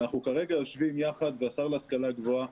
אנחנו כרגע יושבים יחד והשר להשכלה גבוהה